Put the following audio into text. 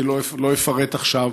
אני לא אפרט עכשיו,